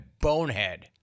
bonehead